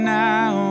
now